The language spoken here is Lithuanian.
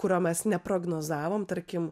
kurio mes neprognozavom tarkim